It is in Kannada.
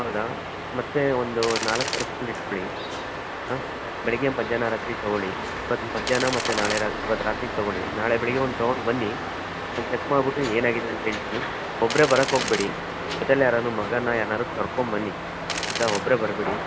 ಹೌದಾ ಮತ್ತೆ ಒಂದು ನಾಲ್ಕು ತರಿಸ್ಕೊಂಡ್ ಇಟ್ಕೋಳಿ ಹಾಂ ಬೆಳಗ್ಗೆ ಮಧ್ಯಾಹ್ನ ರಾತ್ರಿ ತಗೋಳಿ ಮತ್ತು ಮಧ್ಯಾಹ್ನ ಮತ್ತು ನಾಳೆ ರಾ ಇವತ್ತು ರಾತ್ರಿಗೆ ತಗೋಳಿ ನಾಳೆ ಬೆಳಗ್ಗೆ ಒಂದು ತೊಗೊಂಡು ಬನ್ನಿ ಚೆಕ್ ಮಾಡಿಬಿಟ್ಟು ಏನಾಗಿದೆ ಅಂತ ಹೇಳ್ತೀನಿ ಒಬ್ಬರೇ ಬರೋಕ್ ಹೋಗ್ಬೆಡಿ ಜೊತೇಲಿ ಯಾರನ್ನು ಮಗನನ್ನ ಯಾರ್ನಾದ್ರು ಕರ್ಕೋ ಬನ್ನಿ ಆಯಿತಾ ಒಬ್ಬರೇ ಬರಬೇಡಿ